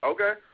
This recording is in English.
Okay